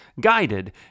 guided